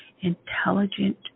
intelligent